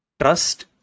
trust